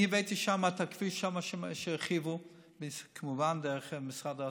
הבאתי לזה שהרחיבו את הכביש שם,